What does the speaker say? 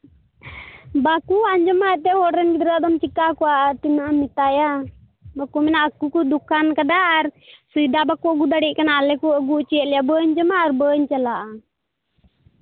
ᱵᱟᱠᱚ ᱟᱸᱡᱚᱢᱟ ᱮᱱᱛᱮᱫ ᱦᱚᱲ ᱨᱮᱱ ᱜᱤᱫᱽᱨᱟᱹ ᱫᱚ ᱪᱤᱠᱟᱹ ᱠᱚᱣᱟ ᱟᱨ ᱛᱤᱱᱟᱹᱜ ᱮᱢ ᱢᱮᱛᱟᱭᱟ ᱵᱟᱠᱚ ᱠᱚ ᱢᱮᱱᱟ ᱟᱠᱚ ᱠᱚ ᱫᱚᱠᱟᱱ ᱠᱟᱫᱟ ᱟᱨ ᱥᱚᱭᱫᱟ ᱵᱟᱠᱚ ᱟᱹᱜᱩ ᱫᱟᱲᱮᱭᱟᱜ ᱠᱟᱱᱟ ᱟᱞᱮ ᱠᱚ ᱟᱹᱜᱩ ᱦᱚᱪᱚᱭᱮᱫ ᱮᱭᱟ ᱵᱟᱹᱧ ᱡᱚᱢᱟ ᱟᱨ ᱵᱟᱹᱧ ᱪᱟᱞᱟᱜᱼᱟ